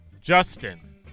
Justin